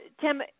Tim